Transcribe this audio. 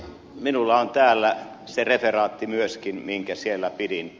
minulla on täällä se referaatti myöskin minkä siellä pidin